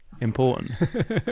important